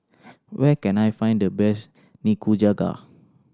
where can I find the best Nikujaga